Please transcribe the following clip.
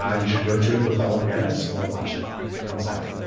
ah you should go to it with fellow parents or watch it when it comes out.